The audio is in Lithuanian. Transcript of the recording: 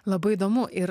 labai įdomu ir